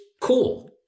cool